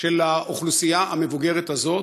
של האוכלוסייה המבוגרת הזאת.